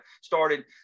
started